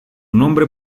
nombre